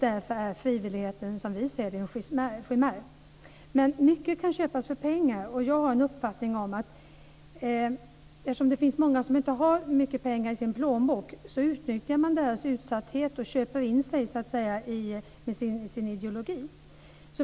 Därför är frivilligheten, som vi ser det, en chimär. Men mycket kan köpas för pengar. Det finns många som inte har mycket pengar i sin plånbok. Jag har en uppfattning om att man utnyttjar dessa människors utsatthet och köper in sig med sin ideologi.